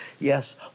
Yes